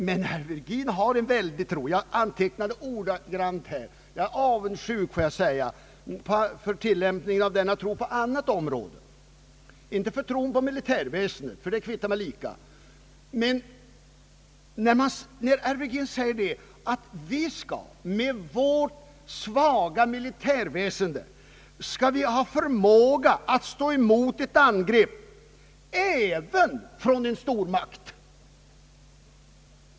Herr Virgin har en stark tro, som jag är avundsjuk på, ehuru den kunde inriktas på något annat än militärväsendet, ty det kvittar mig lika. Herr Virgin sade att vi med vårt svaga militärväsende skall ha förmåga — jag antecknade hans uttalande ordagrant — att stå emot ett angrepp även från en stormakt.